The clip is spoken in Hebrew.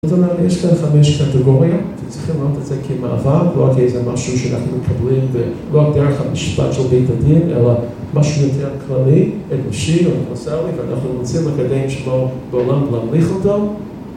יש כאן חמש קטגוריה, וצריכים לראות את זה כמעבר, לא רק כאיזה משהו שאנחנו מקבלים ולא רק דרך המשפט של בית הדין, אלא משהו יותר כללי, אנושי, אוניברסלי, ואנחנו רוצים לקדם שבו בעולם להמליך אותו.